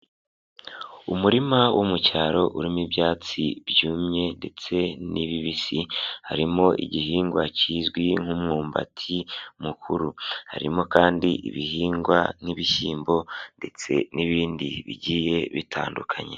Umurima wo mu cyaro urimo ibyatsi byumye ndetse n'ibibisi ,harimo igihingwa kizwi nk'ummbati mukuru. Harimo kandi ibihingwa nk'ibishyimbo ndetse n'ibindi bigiye bitandukanye.